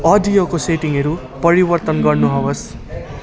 अडियोको सेटिङहरू परिवर्तन गर्नुहोस्